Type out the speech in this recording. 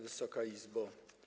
Wysoka Izbo!